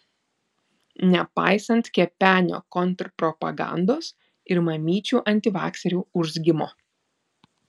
nepaisant kepenio kontrpropagandos ir mamyčių antivakserių urzgimo